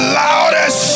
loudest